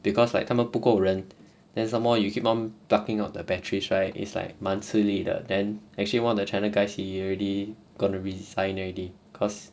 because like 他们不够人 then some more you keep on plucking out the batteries right is like 蛮吃力的 then actually one of the china guy he already gonna resign already cause